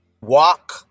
walk